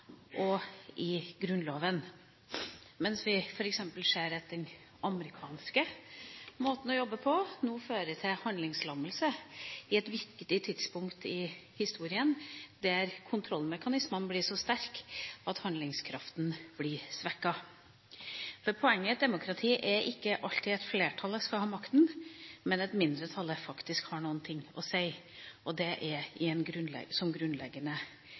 og i Grunnloven, mens vi f.eks. ser at den amerikanske måten å jobbe på nå fører til handlingslammelse på et viktig tidspunkt i historien, der kontrollmekanismene blir så sterke at handlingskraften blir svekket. Poenget i et demokrati er ikke alltid at flertallet skal ha makten, men at mindretallet faktisk har noe å si, som grunnleggende